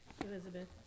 Elizabeth